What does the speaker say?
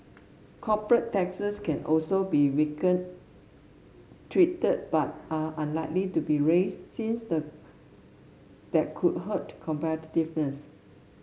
corporate taxes can also be tweaked but are unlikely to be raised since a that could hurt competitiveness